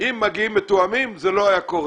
לא רק זה.